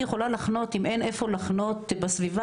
יכולה לחנות אם אין איפה לחנות בסביבה,